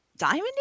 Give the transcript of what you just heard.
diamond